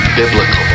biblical